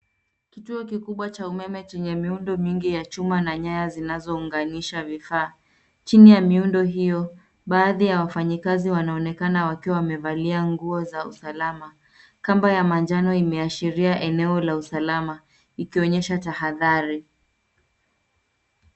Kituo kikubwa cha umeme chenye miundo mingi ya chuma na nyaya zinazounganisha vifaa. Chini ya miundo hiyo baadhi ya wafanyikazi wanaonekana wakiwa wamevalia nguo za usalama. Kamba ya manjano imeashiria eneo la usalama, ikionyesha tahadhari.